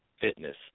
fitness